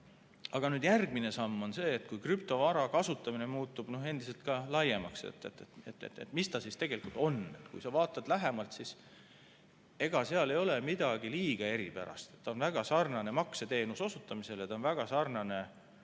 Aga nüüd järgmine samm on see, et kui krüptovara kasutamine muutub ka laiemaks, et mis see siis tegelikult on. Kui sa vaatad lähemalt, siis ega seal ei ole midagi liiga eripärast. Ta on väga sarnane makseteenuse osutamisega ja ta on väga sarnane –